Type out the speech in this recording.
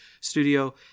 studio